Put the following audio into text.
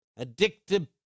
addictive